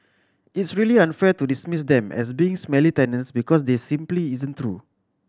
it's really unfair to dismiss them as being smelly tenants because that simply isn't true